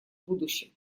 будущем